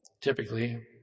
typically